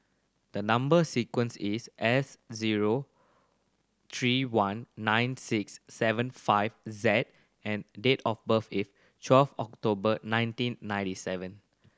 the number sequence is S zero three one nine six seven five Z and date of birth is twelve October nineteen ninety seven